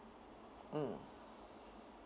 mm